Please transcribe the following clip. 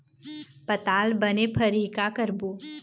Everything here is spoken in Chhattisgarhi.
पताल बने फरही का करबो?